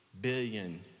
billion